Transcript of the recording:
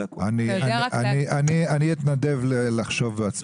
אני אתנדב לחשוב בעצמי.